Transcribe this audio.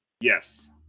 yes